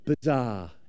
Bizarre